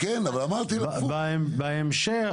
ובהמשך